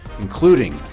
including